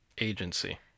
agency